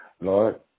Lord